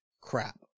crap